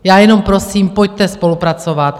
Já jenom prosím, pojďte spolupracovat.